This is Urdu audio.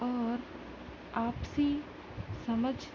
اور آپسی سمجھ